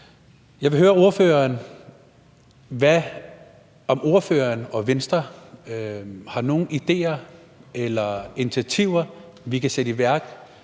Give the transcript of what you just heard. Jeg vil høre ordføreren, om ordføreren og Venstre har nogle idéer eller initiativer, vi kan sætte i værk